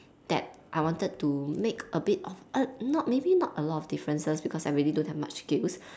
that I wanted to make a bit of err not maybe not a lot of differences because I really don't have much skills